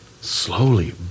slowly